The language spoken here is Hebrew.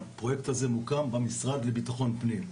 היא שהפרויקט הזה מוקם במשרד לביטחון פנים,